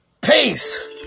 Peace